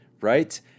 right